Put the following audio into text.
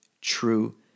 true